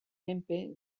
menpe